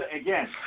again